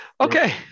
okay